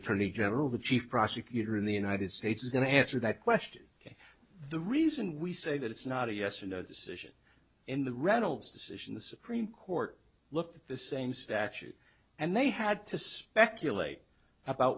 attorney general the chief prosecutor in the united states is going to answer that question the reason we say that it's not a yes or no decision in the reynolds decision the supreme court looked at the same statute and they had to speculate about